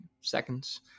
seconds